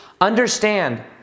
understand